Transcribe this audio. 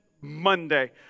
Monday